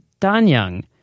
Danyang